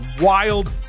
wild